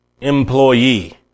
employee